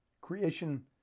Creation